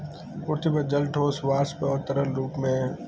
पृथ्वी पर जल ठोस, वाष्प और तरल रूप में है